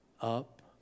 up